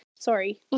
Sorry